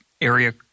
area